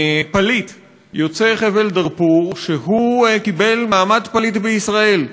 פליט יוצא חבל-דארפור, שקיבל מעמד פליט בישראל.